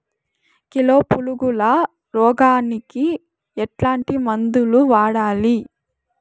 Kilo పులుగుల రోగానికి ఎట్లాంటి మందులు వాడాలి?